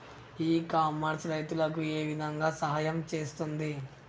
ఇ commerce రైతులకు ఏ విధంగా సహాయం చేస్తుంది?